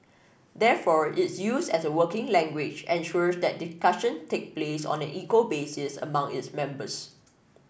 therefore its use as a working language ensures that discussion take place on an equal basis among its members